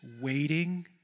waiting